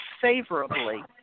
favorably